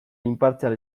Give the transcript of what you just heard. inpartzial